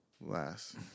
last